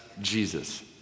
Jesus